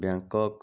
Bangkok